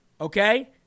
okay